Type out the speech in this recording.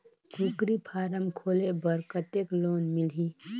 कूकरी फारम खोले बर कतेक लोन मिलही?